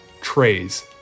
trays